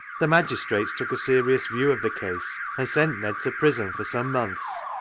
the magistrates took a serious view of the case, and sent ned to prison for some months.